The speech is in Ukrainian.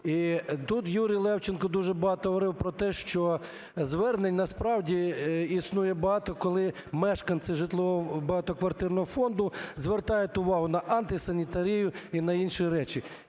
І тут Юрій Левченко дуже багато говорив про те, що звернень насправді існує багато, коли мешканці житлового багатоквартирного фонду звертають увагу на антисанітарію і на інші речі.